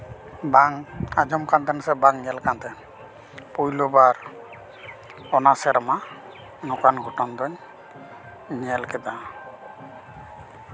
ᱵᱟᱝ ᱟᱸᱡᱚᱢ ᱠᱟᱱ ᱛᱟᱦᱮᱱ ᱥᱮ ᱵᱟᱝ ᱧᱮᱞ ᱠᱟᱱ ᱛᱟᱦᱮᱱ ᱯᱳᱭᱞᱳ ᱵᱟᱨ ᱚᱱᱟ ᱥᱮᱨᱢᱟ ᱱᱚᱝᱠᱟᱱ ᱜᱷᱚᱴᱚᱱ ᱫᱚᱹᱧ ᱧᱮᱞ ᱠᱮᱫᱟ